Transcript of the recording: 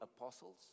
apostles